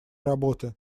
работы